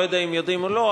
לא יודע אם יודעים או לא,